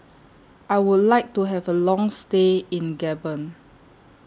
I Would like to Have A Long stay in Gabon